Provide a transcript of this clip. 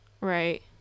Right